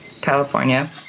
California